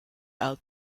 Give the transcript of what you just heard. out